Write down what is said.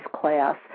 class